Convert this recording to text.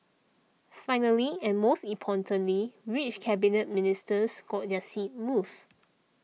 finally and most importantly which Cabinet Ministers got their seats moved